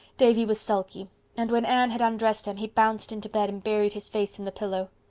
davy was sulky and when anne had undressed him he bounced into bed and buried his face in the pillow.